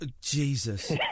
Jesus